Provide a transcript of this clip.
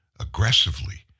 aggressively